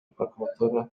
прокуратура